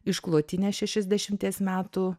išklotinę šešiasdešimties metų